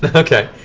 but okay.